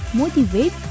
motivate